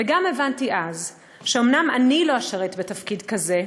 וגם הבנתי אז שאומנם אני לא אשרת בתפקיד כזה,